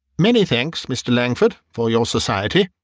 many thanks, mr. langford, for your society,